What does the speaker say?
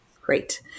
Great